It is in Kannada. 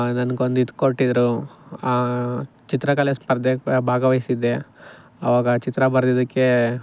ನನ್ಗೊಂದು ಇದು ಕೊಟ್ಟಿದ್ರು ಚಿತ್ರಕಲೆ ಸ್ಪರ್ಧೆಗ್ ಭಾಗವಹಿಸಿದ್ದೆ ಆವಾಗ ಚಿತ್ರ ಬರೆದಿದಕ್ಕೆ